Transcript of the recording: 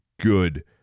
good